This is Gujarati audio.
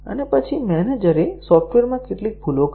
અને પછી મેનેજરે સોફ્ટવેરમાં કેટલીક ભૂલો કરી